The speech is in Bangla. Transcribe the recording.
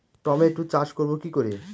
টমেটো চাষ করব কি করে?